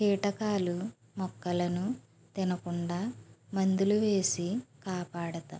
కీటకాలు మొక్కలను తినకుండా మందులు వేసి కాపాడతాం